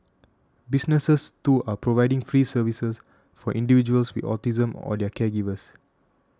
businesses too are providing free services for individuals with autism or their caregivers